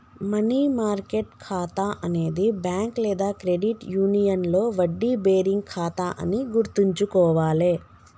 money market ఖాతా అనేది bank లేదా క్రెడిట్ యూనియన్లో వడ్డీ బేరింగ్ ఖాతా అని గుర్తుంచుకోవాలే